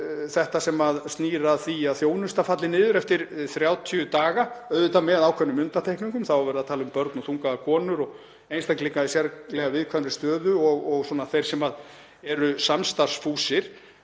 þetta sem snýr að því að þjónusta falli niður eftir 30 daga, auðvitað með ákveðnum undantekningum. Þá er verið að tala um börn og þungaðar konur og einstaklinga í sérstaklega viðkvæmri stöðu og þá sem eru samstarfsfúsir.